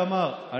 איתמר,